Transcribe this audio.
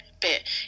bit